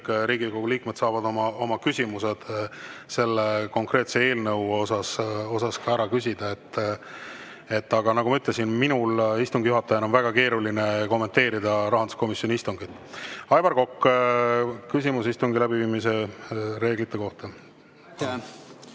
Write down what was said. Riigikogu liikmed saavad oma küsimused selle konkreetse eelnõu kohta ka ära küsida. Aga nagu ma ütlesin, minul istungi juhatajana on väga keeruline kommenteerida rahanduskomisjoni istungit. Aivar Kokk, küsimus istungi läbiviimise reeglite kohta.